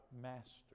master